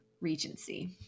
Regency